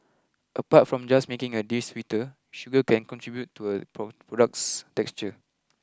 apart from just making a dish sweeter sugar can contribute to a product's texture